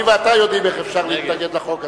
אני ואתה יודעים איך אפשר להתנגד לחוק הזה.